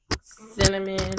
cinnamon